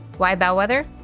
why bellwether?